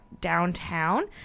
downtown